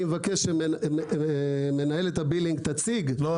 אני מבקש שמנהלת הבילינג תציג -- לא,